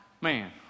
man